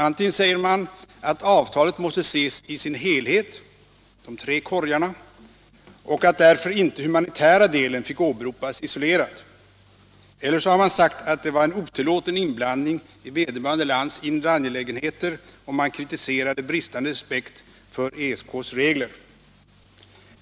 Antingen säger man att avtalet måste ses i sin helhet — de tre korgarna — och att den humanitära delen därför inte får åberopas isolerad. Eller också har man sagt att det är en otillåten inblandning i vederbörande lands inre angelägenheter att kritisera bristande respekt för ESK:s regler.